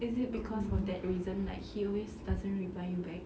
is it cause of that reason like he always doesn't reply you back